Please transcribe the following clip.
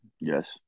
Yes